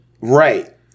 right